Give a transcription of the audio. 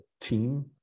team